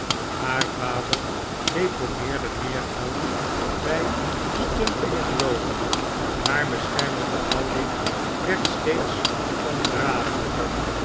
haar vader deponeerde meer geld bij stumpy rowdy haar beschermende houding werd steeds ondragelijker